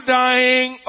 dying